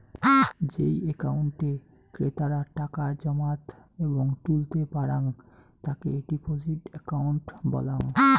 যেই একাউন্টে ক্রেতারা টাকা জমাত এবং তুলতে পারাং তাকে ডিপোজিট একাউন্ট বলাঙ্গ